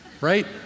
right